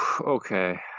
okay